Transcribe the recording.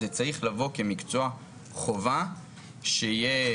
זה צריך לבוא כמקצוע חובה שיהיה